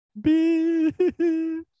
bitch